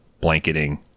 blanketing